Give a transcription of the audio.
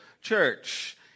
church